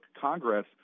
Congress